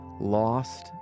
lost